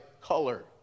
color